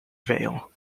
vale